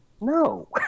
No